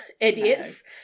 idiots